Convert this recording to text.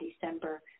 December